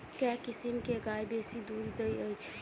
केँ किसिम केँ गाय बेसी दुध दइ अछि?